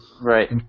Right